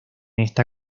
esta